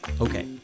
Okay